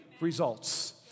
results